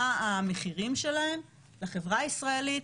מה המחירים שלהם לחברה הישראלית,